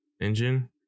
engine